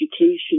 education